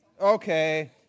Okay